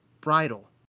bridle